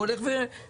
הוא הולך ופורח,